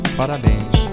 parabéns